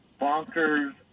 bonkers